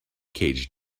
caged